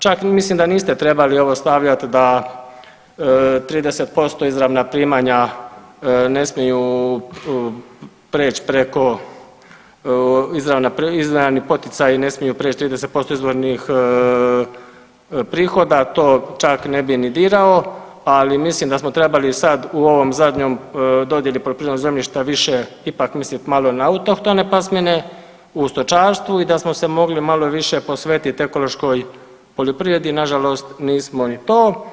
Čak mislim da niste trebali ovo stavljati da 30% izravna primanja ne smiju preć preko izravni poticaji ne smiju prijeći 30% izvornih prihoda, to čak ne bi ni dirao, ali mislim da smo trebali sad u ovom zadnjem dodjeli poljoprivrednog zemljišta više ipak misliti malo na autohtone pasmine u stočarstvu i da smo se mogli malo više posvetiti ekološkoj poljoprivredi, nažalost nismo ni to.